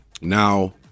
Now